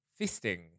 Fisting